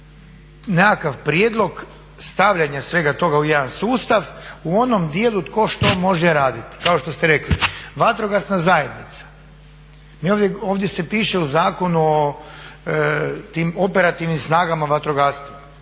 nekakav prijedlog stavljanja svega toga u jedan sustav u onom dijelu tko što može raditi. Kao što ste rekli vatrogasna zajednica, ovdje se piše u zakonu o tim operativnim snagama vatrogastva,